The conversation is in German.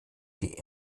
die